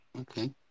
Okay